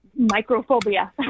Microphobia